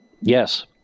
Yes